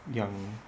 养